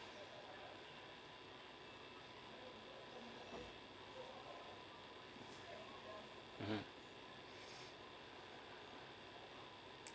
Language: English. mmhmm